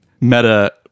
meta-